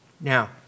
Now